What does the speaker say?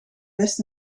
best